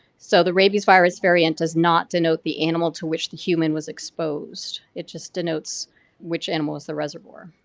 so, the rabies virus variant does not denote denote the animal to which the human was exposed. it just denotes which animal is the reservoir.